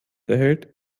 erhält